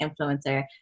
influencer